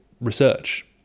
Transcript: research